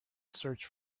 search